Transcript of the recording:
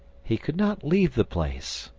he could not leave the place.